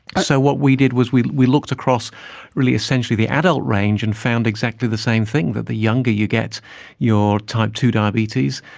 so what we did was we we looked across really essentially the adult range and found exactly the same thing, that the younger you get your type two diabetes,